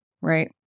right